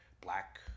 black